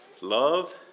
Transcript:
love